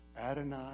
Adonai